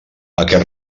aquest